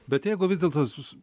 bet jeigu vis dėlto jūs